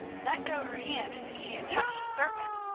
let go her hand as if she had touched a serpent,